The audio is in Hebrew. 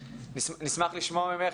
נשמח לשמוע ממך,